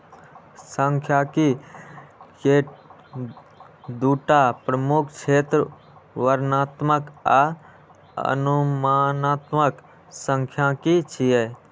सांख्यिकी के दूटा प्रमुख क्षेत्र वर्णनात्मक आ अनुमानात्मक सांख्यिकी छियै